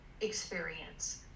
experience